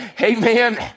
Amen